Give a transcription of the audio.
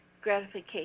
gratification